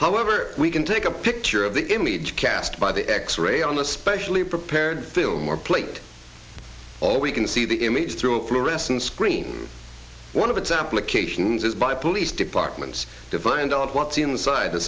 however we can take a picture of the image cast by the x ray on a specially prepared film or plate all we can see the image through a fluorescent screen one of the tablet cations is by police departments to find out what's inside th